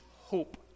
hope